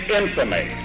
infamy